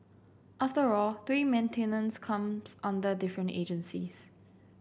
after all tree maintenance comes under different agencies